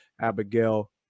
abigail